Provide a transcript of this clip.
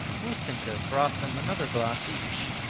ustenka brought them another glass each,